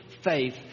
faith